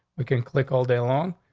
we can click all day long,